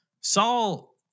Saul